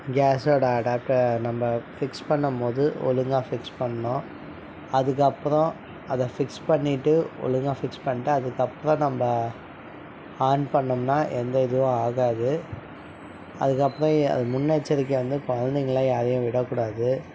கேஸோட அடாப்டரை நம்ம ஃபிக்ஸ் பண்ணும் போது ஒழுங்காக ஃபிக்ஸ் பண்ணும் அதுக்கு அப்புறம் அதை ஃபிக்ஸ் பண்ணிவிட்டு ஒழுங்காக ஃபிக்ஸ் பண்ணிட்டு அதுக்கப்புறம் நம்ம ஆன் பண்ணிணோம்னா எந்த இதுவும் ஆகாது அதுக்கப்புறம் அது முன்னெச்சரிக்கையாக வந்து குழந்தைங்கள யாரையும் விடக் கூடாது